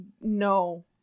no